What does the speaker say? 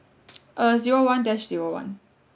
uh zero one dash zero one